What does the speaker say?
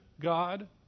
God